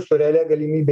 su realia galimybe